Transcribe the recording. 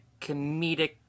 comedic